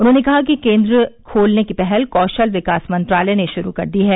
उन्होंने कहा कि केन्द्र खोलने की पहल कौशल विकास मंत्रालय ने शुरू कर दी है